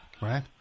Right